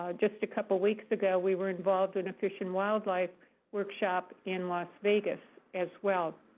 ah just a couple weeks ago we were involved in a fish and wildlife workshop in las vegas as well.